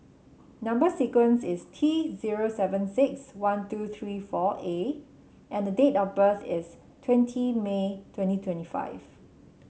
number sequence is T zero seven six one two three four A and the date of birth is twenty May twenty twenty five